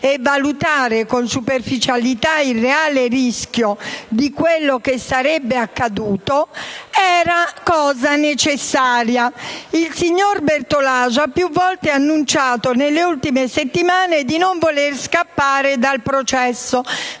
e valutare con superficialità il reale rischio di quello che sarebbe accaduto era cosa necessaria. Il signor Bertolaso ha più volte annunciato nelle ultime settimane di non volere scappare dal processo,